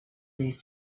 these